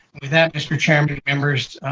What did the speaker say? with that, mr. chairman, members,